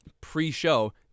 pre-show